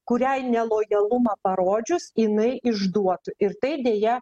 kuriai nelojalumą parodžius jinai išduotų ir tai deja